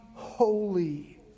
Holy